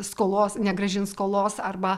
skolos negrąžins skolos arba